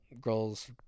girls